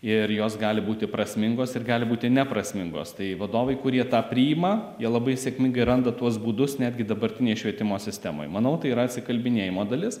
ir jos gali būti prasmingos ir gali būti neprasmingos tai vadovai kurie tą priima jie labai sėkmingai randa tuos būdus netgi dabartinei švietimo sistemai manau tai yra atsikalbinėjimo dalis